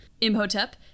Imhotep